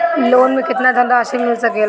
Loan मे केतना धनराशी मिल सकेला?